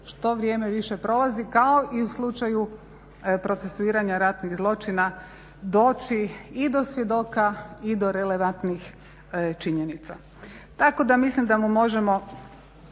što vrijeme više prolazi kao i u slučaju procesuiranja ratnih zločina doći i do svjedoka i do relevantnih činjenica. Tako da mislim da mu možemo